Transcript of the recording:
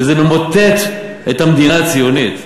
שזה ממוטט את המדינה הציונית,